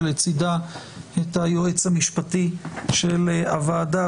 ולצידה את היועץ המשפטי של הוועדה,